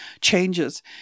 changes